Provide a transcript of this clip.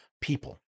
people